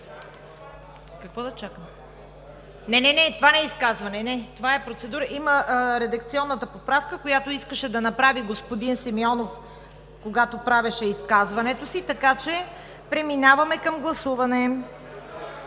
Какво да чакам? Това не е изказване. Това е процедура. Има редакционната поправка, която искаше да направи господин Симеонов, когато правеше изказването си, така че преминаваме към гласуване.